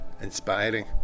inspiring